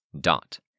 dot